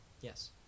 Yes